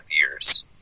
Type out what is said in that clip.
years